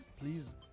Please